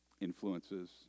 influences